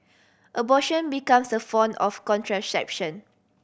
abortion becomes a form of contraception